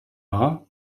war